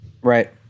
right